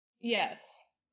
Yes